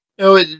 No